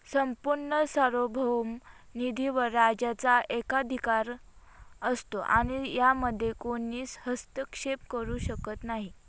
संपूर्ण सार्वभौम निधीवर राज्याचा एकाधिकार असतो आणि यामध्ये कोणीच हस्तक्षेप करू शकत नाही